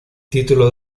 título